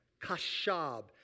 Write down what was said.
Kashab